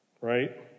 right